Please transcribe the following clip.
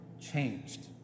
changed